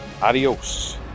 Adiós